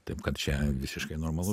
taip kad čia visiškai normalu